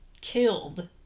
killed